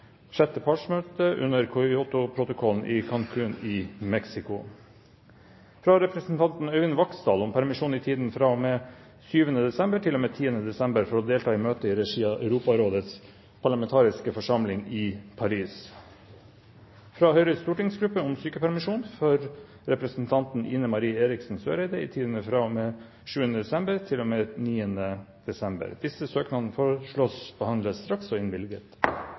sjette partsmøte under Kyoto-protokollen, i Cancún i Mexico fra representanten Øyvind Vaksdal om permisjon i tiden fra og med 7. desember til og med 10. desember for å delta i møter i regi av Europarådets parlamentariske forsamling i Paris fra Høyres stortingsgruppe om sykepermisjon for representanten Ine M. Eriksen Søreide i tiden fra og med 7. desember til og med 9. desember